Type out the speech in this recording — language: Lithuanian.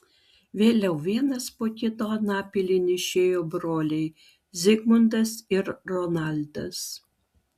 vėliau vienas po kito anapilin išėjo broliai zigmundas ir ronaldas